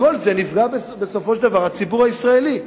ומכל זה נפגע בסופו של דבר הציבור הישראלי.